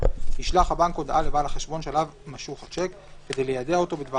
ישלח הבנק הודעה לבעל החשבון שעליו משוך השיק כדי ליידע אותו בדבר